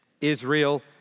Israel